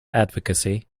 advocacy